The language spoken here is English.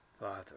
father